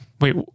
Wait